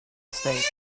state